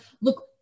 look